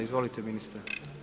Izvolite ministre.